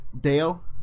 Dale